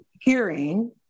hearing